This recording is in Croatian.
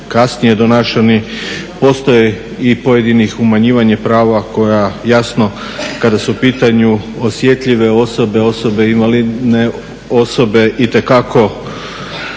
kasnije donašani. Postoje i pojedinih umanjivanja prava koja jasno kada su u pitanju osjetljive osobe, invalidne osobe itekako